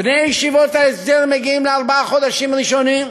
בני ישיבות ההסדר מגיעים לארבעה חודשים ראשונים,